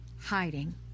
hiding